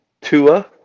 Tua